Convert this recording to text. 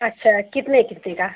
अच्छा कितने कितने का